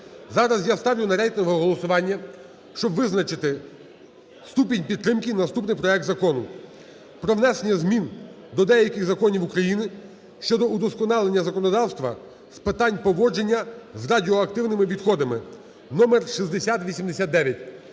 Зараз я ставлю на рейтингове голосування, щоб визначити ступінь підтримки, наступний проект Закону про внесення змін до деяких законів України щодо удосконалення законодавства з питань поводження з радіоактивними відходами (№ 6089).